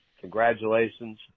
Congratulations